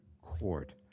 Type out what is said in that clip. court